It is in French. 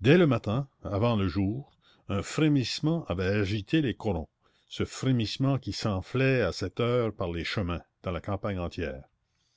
dès le matin avant le jour un frémissement avait agité les corons ce frémissement qui s'enflait à cette heure par les chemins dans la campagne entière